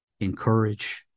encourage